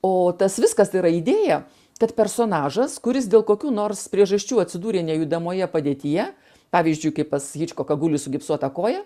o tas viskas tai yra idėja bet personažas kuris dėl kokių nors priežasčių atsidūrė nejudamoje padėtyje pavyzdžiui kaip pas hičkoką guli sugipsuota koja